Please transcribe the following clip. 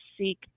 seek